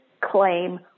claim